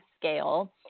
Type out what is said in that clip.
scale